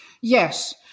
Yes